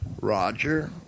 Roger